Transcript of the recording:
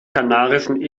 kanarischen